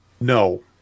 No